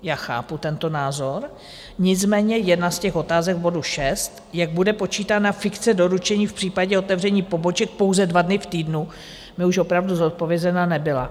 Já chápu tento názor, nicméně jedna z těch otázek bodu šest, jak bude počítána fikce doručení v případě otevření poboček pouze dva dny v týdnu, mi už opravdu zodpovězena nebyla.